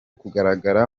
kugaragara